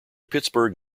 pittsburgh